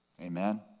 Amen